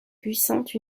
puissante